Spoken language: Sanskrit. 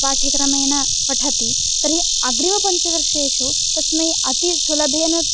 पाठ्यक्रमेण पठति तर्हि अग्रिमपञ्चवर्षेषु तस्मै अति सुलभेन